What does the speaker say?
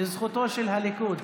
לזכותו של הליכוד